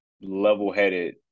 level-headed